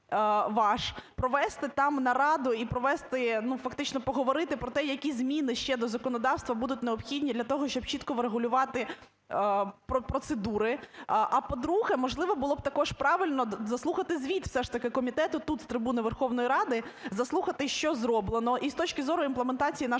провести там нараду і провести, ну, фактично поговорити про те, які зміни ще до законодавства будуть необхідні для того, щоб чітко врегулювати процедури. А, по-друге, можливо, було б також правильно заслухати звіт все ж таки комітету тут з трибуни Верховної Ради, заслухати, що зроблено і з точки зору імплементації нашої